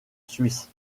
suisse